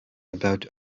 about